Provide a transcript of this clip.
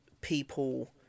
people